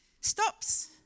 stops